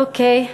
אוקיי.